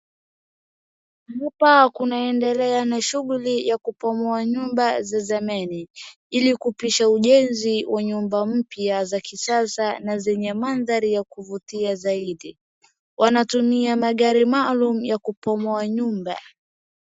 Hapa kunaendelea na shughuli ya kubomoa nyumba za zamani ili kupisha ujenzi wa nyumba mpya za kisasa na zenye mandhari ya kuvutia zaidi. Wanatumia magari maalum ya kubomoa nyumba.